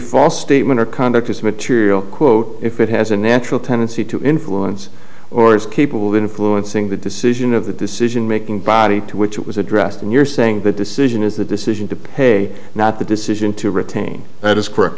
false statement or conduct as material quote if it has a natural tendency to influence or is capable of influencing the decision of the decision making body to which it was addressed then you're saying the decision is the decision to pay not the decision to retain that is correct